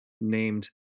named